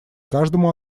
каждому